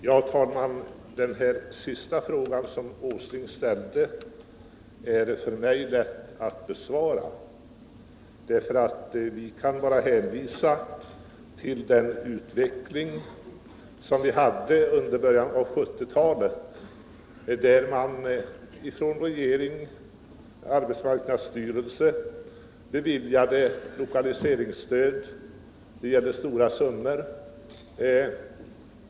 Herr talman! Den här senaste frågan som herr Åsling ställde är för mig lätt att besvara. Jag kan bara hänvisa till den utveckling som vi hade under början av 1970-talet, då regering och arbetsmarknadsstyrelse beviljade stora summor i lokaliseringsstöd.